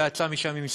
אולי יצא משם עם סריטה,